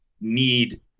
need